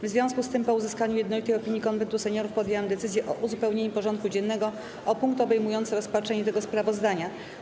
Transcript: W związku z tym, po uzyskaniu jednolitej opinii Konwentu Seniorów, podjęłam decyzję o uzupełnieniu porządku dziennego o punkt obejmujący rozpatrzenie tego sprawozdania.